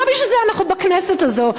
לא בשביל זה אנחנו בכנסת הזאת.